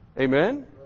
Amen